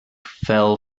fell